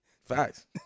Facts